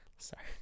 Sorry